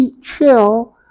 chill